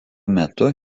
metu